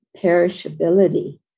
perishability